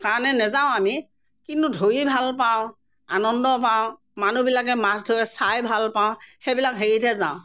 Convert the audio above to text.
কাৰণে নাযাওঁ আমি কিন্তু ধৰি ভাল পাওঁ আনন্দ পাওঁ মানুহবিলাকে মাছ ধৰে চাই ভাল পাওঁ সেইবিলাক হেৰিতহে যাওঁ